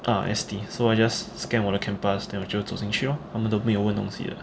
uh S T so I just scan 我的 camp pass then 我就走进去 lor 他们都没有问东西的